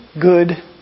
good